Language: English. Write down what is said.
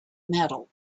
metal